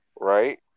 right